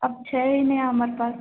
आब छै नहि हमर पास